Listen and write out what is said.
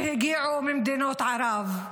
שהגיעו ממדינות ערב.